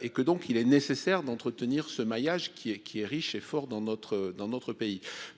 et que donc il est nécessaire d'entretenir ce maillage qui est, qui est riche et fort dans notre dans